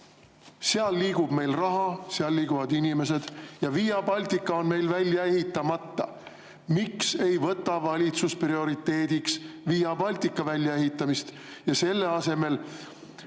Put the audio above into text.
Seal liigub meil raha, seal liiguvad inimesed. Aga Via Baltica on meil välja ehitamata. Miks ei võta valitsus prioriteediks Via Baltica väljaehitamist ja selle asemel,